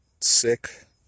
sick